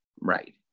Right